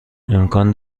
امکان